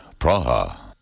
Praha